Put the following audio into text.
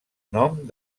nom